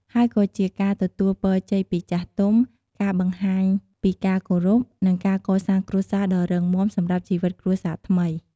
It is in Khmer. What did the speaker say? ហើយក៏ជាការទទួលពរជ័យពីចាស់ទុំ ការបង្ហាញពីការគោរព និងការកសាងគ្រួសារដ៏រឹងមាំសម្រាប់ជីវិតគ្រួសារថ្មី។